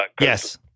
Yes